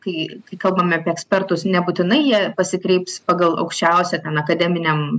kai kai kalbame apie ekspertus nebūtinai jie pasikreips pagal aukščiausią ten akademiniam